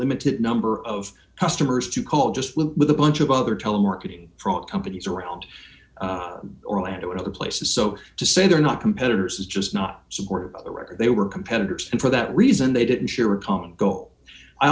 limited number of customers to call just flew with a bunch of other telemarketing front companies around orlando and other places so to say they're not competitors is just not supported by the record they were competitors and for that reason they didn't share a common goal i